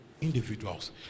individuals